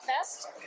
Fest